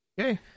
okay